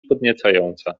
podniecająca